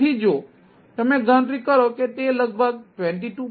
તેથી જો તમે ગણતરી કરો કે તે લગભગ 22